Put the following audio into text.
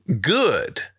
good